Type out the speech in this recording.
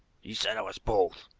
he said it was both.